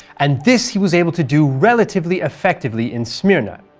and this he was able to do relatively effectively in smyrna.